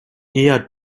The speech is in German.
eher